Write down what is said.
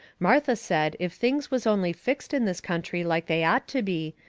martha said if things was only fixed in this country like they ought to be,